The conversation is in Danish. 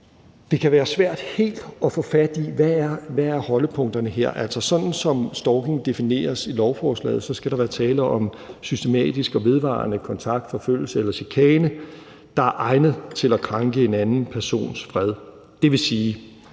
det kan være svært helt at få fat i, altså hvad holdepunkterne er her. Sådan som stalking defineres i lovforslaget, skal der være tale om systematisk og vedvarende kontakt, forfølgelse eller chikane, der er egnet til at krænke en anden persons fred. Det vil sige,